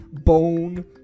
bone